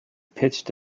pitched